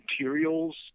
materials